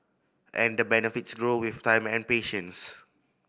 and the benefits grow with time and patience